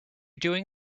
doing